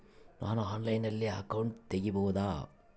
ನಾನು ಆನ್ಲೈನಲ್ಲಿ ಅಕೌಂಟ್ ತೆಗಿಬಹುದಾ?